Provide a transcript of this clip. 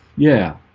yeah,